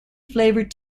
favored